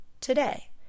today